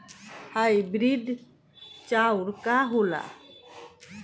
Hybrid चाउर का होला?